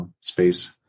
space